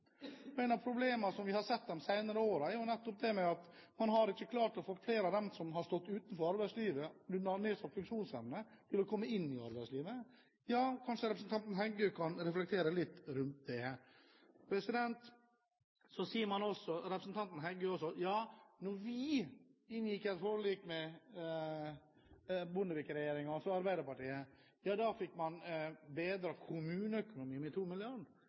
arbeidslivet. Et av problemene som vi har sett de senere årene, er jo nettopp at man ikke har klart å få flere av dem som har stått utenfor arbeidslivet på grunn av nedsatt funksjonsevne, til å komme inn i arbeidslivet. Kanskje representanten Heggø kan reflektere litt rundt det. Så sier representanten Heggø også at da vi, altså Arbeiderpartiet, inngikk et forlik med Bondevik-regjeringen, fikk man bedret kommuneøkonomien med